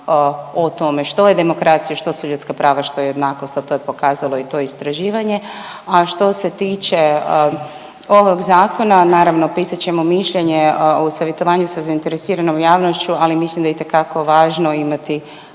o tome što je demokracija, što su ljudska prava, što je jednakost, a to je pokazalo i to istraživanje, a što se tiče ovog zakona naravno pisat ćemo mišljenje u savjetovanju sa zainteresiranom javnošću, ali mislim da je itekako važno imati